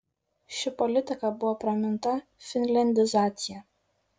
ši politika buvo praminta finliandizacija